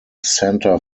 santa